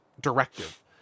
directive